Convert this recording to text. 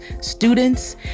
students